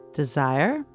desire